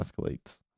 escalates